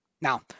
Now